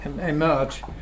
emerge